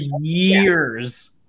years